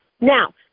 Now